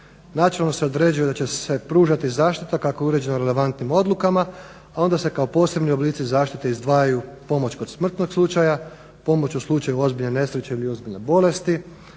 Načelno se određuje da će se pružati zaštita kako je uređeno relevantni9m odlukama, a onda se kao posebni oblici zaštite izdvajaju pomoć kod smrtnog slučaja, pomoć u slučaju ozbiljne nesreće ili ozbiljne bolesti,